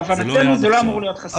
להבנתנו זה לא אמור להיות חסם.